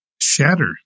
shatter